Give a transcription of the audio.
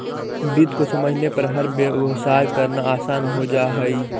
वित्त को समझने पर हर व्यवसाय करना आसान हो जा हई